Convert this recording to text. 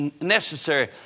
necessary